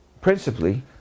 principally